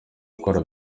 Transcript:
gukora